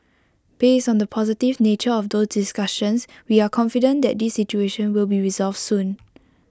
based on the positive nature of those discussions we are confident that this situation will be resolved soon